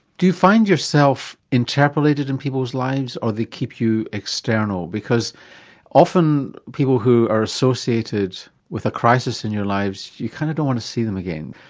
do you find yourself interpolated in people's lives, or do they keep you external? because often people who are associated with a crisis in your lives you kind of don't want to see them again,